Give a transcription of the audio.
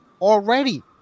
already